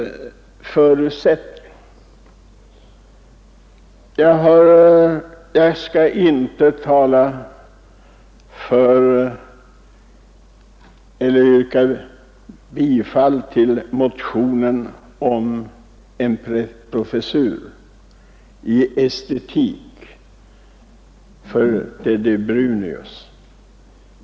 Jag skall inte tala för eller yrka bifall till motionen om en professur i estetik för Teddy Brunius.